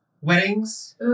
weddings